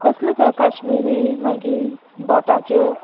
कसल्यो त्यो कश्मिरी मागीर बोटाच्यो